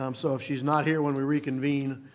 um so if she's not here when we reconvene,